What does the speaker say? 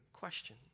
question